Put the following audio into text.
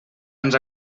ens